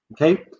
Okay